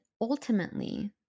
ultimately